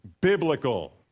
biblical